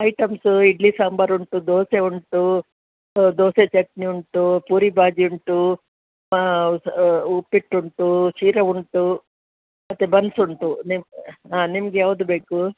items idli sambar ಉಂಟು ದೋಸೆ ಉಂಟು ದೋಸೆ ಚಟ್ನಿ ಉಂಟು ಪೂರಿ ಬಾಜಿ ಉಂಟು ಉಪ್ಪಿಟ್ಟು ಉಂಟು ಶಿರಾ ಉಂಟು ಮತ್ತು ಬನ್ಸ್ ಉಂಟು ನಿಮ್ಮ ಹಾಂ ನಿಮ್ಗೆ ಯಾವ್ದು ಬೇಕು